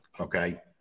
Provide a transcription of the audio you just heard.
okay